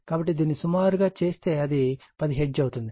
కాబట్టి దీన్ని సుమారుగా చేస్తే అది 10 హెర్ట్జ్ అవుతుంది